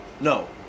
No